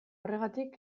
horregatik